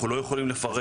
אנחנו לא יכולים לפרט.